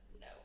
No